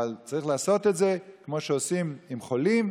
אבל צריך לעשות את זה כמו שעושים עם חולים,